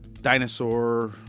dinosaur